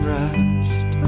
rest